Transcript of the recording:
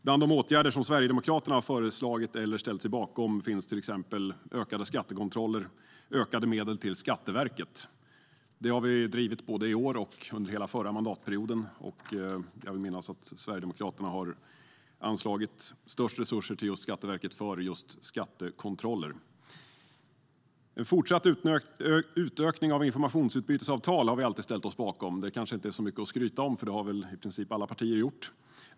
Bland de åtgärder som Sverigedemokraterna har föreslagit eller ställt sig bakom finns till exempel ökade skattekontroller och ökade medel till Skatteverket. Det har vi drivit både i år och under hela förra mandatperioden. Och jag vill minnas att Sverigedemokraterna har anslagit störst resurser till just Skatteverket för skattekontroller. En fortsatt utökning av informationsutbytesavtal har vi alltid ställt oss bakom. Det kanske inte är så mycket att skryta om, för det har väl i princip alla partier gjort.